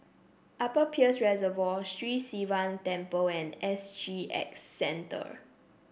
Upper Peirce Reservoir Sri Sivan Temple and S G X Centre